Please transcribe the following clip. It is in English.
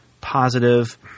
positive